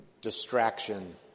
Distraction